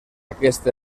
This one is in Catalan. aquest